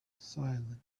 silent